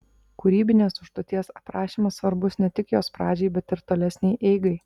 kūrybinės užduoties aprašymas svarbus ne tik jos pradžiai bet ir tolesnei eigai